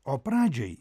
o pradžiai